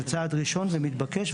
זה צעד ראשון והוא מתבקש.